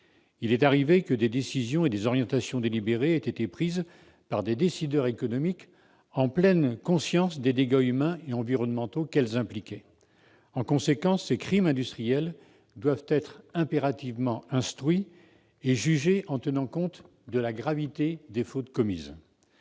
Il est arrivé que des décisions et des orientations aient été prises par des décideurs économiques en pleine conscience des dégâts humains et environnementaux qu'elles impliquaient. En conséquence, ces crimes industriels doivent être impérativement instruits et jugés en tenant compte de la gravité des fautes commises.